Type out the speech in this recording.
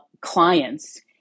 clients